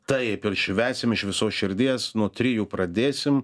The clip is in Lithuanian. taip ir švęsim iš visos širdies nuo trijų pradėsim